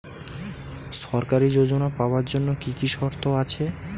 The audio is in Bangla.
সরকারী যোজনা পাওয়ার জন্য কি কি শর্ত আছে?